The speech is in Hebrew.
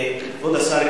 כבוד השר,